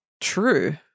true